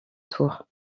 tour